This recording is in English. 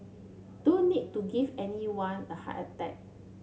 don't need to give anyone a heart attack